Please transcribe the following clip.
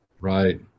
Right